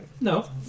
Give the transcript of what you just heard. No